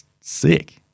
sick